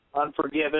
Unforgiven